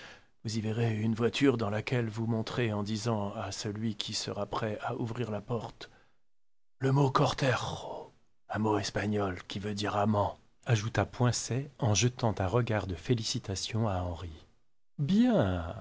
vous y verrez une voiture dans laquelle vous monterez en disant à celui qui sera prêt à ouvrir la portière le mot cortejo un mot espagnol qui veut dire amant ajouta poincet en jetant un regard de félicitation à henri bien